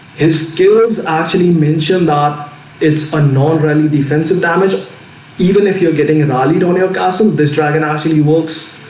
his killers actually mentioned that it's unknown really defensive damage even if you're getting an ollie down your castle this dragon ah so actually works.